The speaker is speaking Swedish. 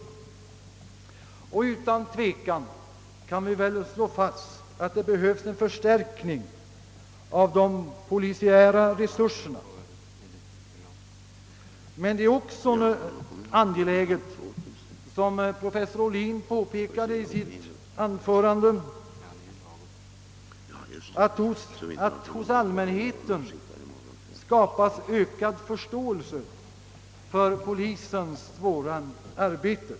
Utan tvekan kan vi väl också slå fast att det behövs en förstärkning av de polisiära resurserna. Men det är också nödvändigt att, som professor Ohlin påpekade i sitt anförande, hos allmänheten skapa ökad förståelse för polisens svåra arbete.